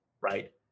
right